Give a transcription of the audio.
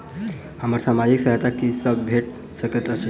हमरा सामाजिक सहायता की सब भेट सकैत अछि?